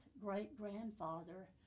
great-grandfather